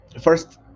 first